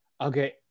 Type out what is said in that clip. Okay